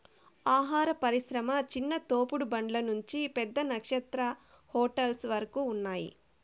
ఆహార పరిశ్రమ చిన్న తోపుడు బండ్ల నుంచి పెద్ద నక్షత్ర హోటల్స్ వరకు ఉన్నాయ్